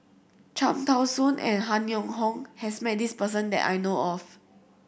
Cham Tao Soon and Han Yong Hong has met this person that I know of